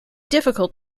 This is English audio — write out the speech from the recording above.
difficult